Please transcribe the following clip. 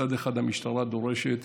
מצד אחד המשטרה דורשת